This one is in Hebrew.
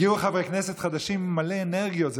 הגיעו חברי כנסת חדשים עם מלא אנרגיות.